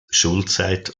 schulzeit